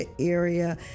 area